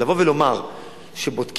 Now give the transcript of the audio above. לבוא ולומר שבודקים,